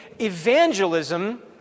evangelism